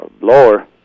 blower